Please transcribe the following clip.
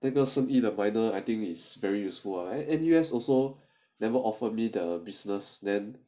这个生意的 minor I think it's very useful at N_U_S also never offer me the other business then